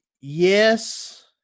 yes